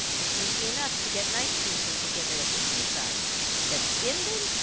it's easy enough to get nice people together at the seaside but inland!